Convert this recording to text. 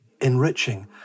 enriching